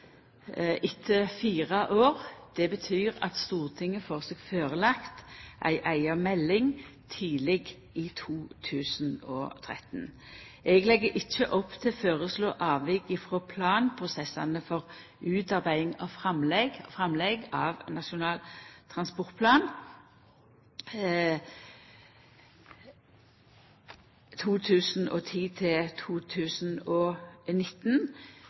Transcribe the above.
etter fire år. Det betyr at ei eiga melding blir lagd fram for Stortinget tidleg i 2013. Eg legg ikkje opp til å føreslå avvik frå planprosessane for utarbeiding av framlegg til Nasjonal transportplan